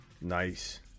Nice